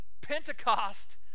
Pentecost